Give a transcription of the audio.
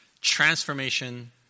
transformation